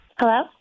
Hello